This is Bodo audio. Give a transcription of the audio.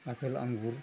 आफेल आंगुर